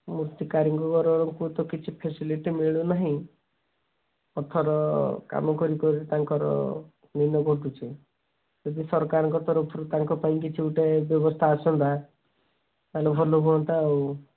ମୂର୍ତ୍ତି କାରିଗରଙ୍କୁ ତ କିଛି ଫ୍ୟାସିଲିଟି ମିଳୁନାହିଁ ପଥର କାମ କରିକରି ତାଙ୍କର ଦିନ କଟୁଛି ଯଦି ସରକାରଙ୍କ ତରଫରୁ ତାଙ୍କ ପାଇଁ କିଛି ଗୋଟେ ବ୍ୟବସ୍ତା ଆସନ୍ତା ତା'ହେଲେ ଭଲ ହୁଅନ୍ତା ଆଉ